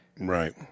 Right